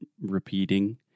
repeating